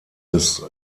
des